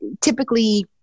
typically